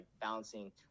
balancing